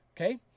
Okay